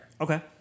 Okay